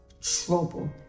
trouble